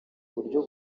uburyo